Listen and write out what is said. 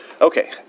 Okay